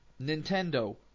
Nintendo